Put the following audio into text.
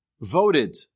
voted